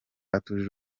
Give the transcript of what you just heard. atujuje